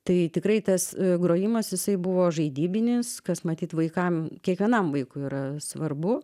tai tikrai tas grojimas jisai buvo žaidybinis kas matyt vaikam kiekvienam vaikui yra svarbu